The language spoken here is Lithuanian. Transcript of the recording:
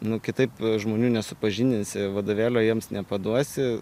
nu kitaip žmonių nesupažindinsi vadovėlio jiems nepaduosi